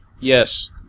Yes